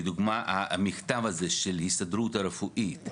לדוגמה המכתב הזה של ההסתדרות הרפואית,